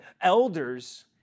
elders